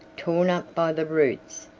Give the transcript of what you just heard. torn up by the roots,